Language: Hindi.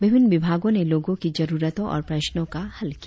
विभिन्न विभागों ने लोगों की जरुरतों और प्रश्नों का हल किया